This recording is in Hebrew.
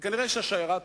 כנראה השיירה תעבור,